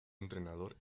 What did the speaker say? entrenador